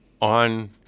on